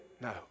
No